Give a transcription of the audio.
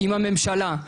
אם הממשלה,